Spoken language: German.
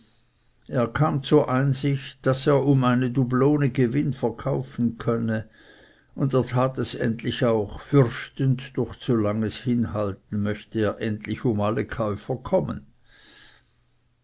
er kam zur einsicht daß er um eine dublone gewinn verkaufen könne und er tat es endlich auch fürchtend durch zu langes hinhalten möchte er endlich um alle käufer kommen